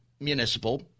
municipal